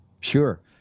Sure